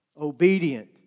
obedient